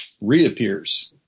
reappears